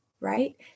right